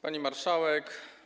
Pani Marszałek!